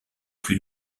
plus